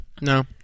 no